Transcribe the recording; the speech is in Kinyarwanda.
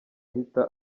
ahita